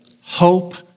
hope